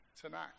tonight